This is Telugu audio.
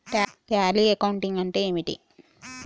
టాలీ అకౌంటింగ్ అంటే ఏమిటి?